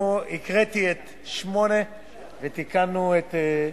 הקראתי את 8 ותיקנו את,